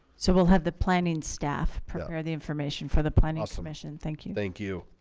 so we'll have the planning staff or the information for the planning so commission. thank you. thank you